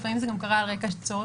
לפעמים זה גם קרה על רקע של צורך,